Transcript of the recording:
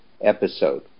episode